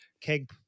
keg